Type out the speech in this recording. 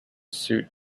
suit